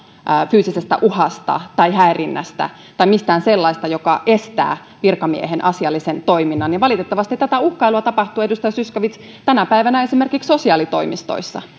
fyysisestä uhasta tai häirinnästä tai mistään sellaisesta joka estää virkamiehen asiallisen toiminnan valitettavasti tätä uhkailua tapahtuu edustaja zyskowicz tänä päivänä esimerkiksi sosiaalitoimistoissa